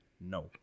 No